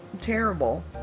terrible